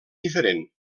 diferent